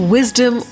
Wisdom